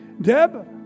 Deb